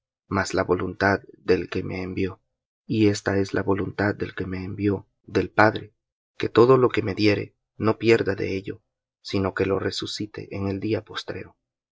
mas la voluntad del que me envió y esta es la voluntad del que me envió del padre que todo lo que me diere no pierda de ello sino que lo resucite en el día postrero